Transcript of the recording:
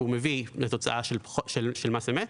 והוא מביא לתוצאה של מס אמת.